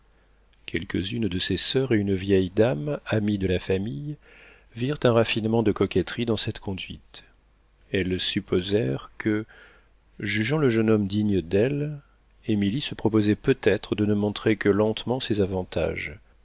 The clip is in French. quelques-unes de ses soeurs et une vieille dame amie de la famille virent un raffinement de coquetterie dans cette conduite elles supposèrent que jugeant le jeune homme digne d'elle émilie se proposait peut-être de ne montrer que lentement ses avantages